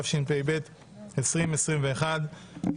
התשפ"ב-2021,